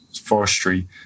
forestry